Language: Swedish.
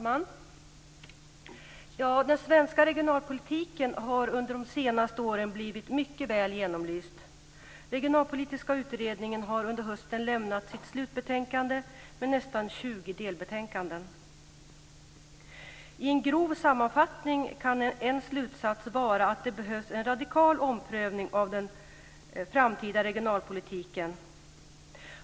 Herr talman! Den svenska regionalpolitiken har under de senaste åren blivit mycket väl genomlyst. Regionalpolitiska utredningen har under hösten lämnat sitt slutbetänkande med nästan 20 delbetänkanden. I en grov sammanfattning kan en slutsats vara att det behövs en radikal omprövning av den framtida regionalpolitiken.